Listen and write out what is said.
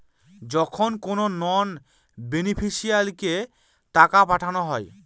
যখন কোনো নন বেনিফিশিয়ারিকে টাকা পাঠানো হয়